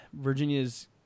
Virginia's –